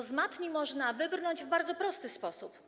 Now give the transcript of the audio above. Z tej matni można wybrnąć w bardzo prosty sposób.